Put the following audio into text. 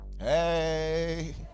Hey